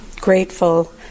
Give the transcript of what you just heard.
grateful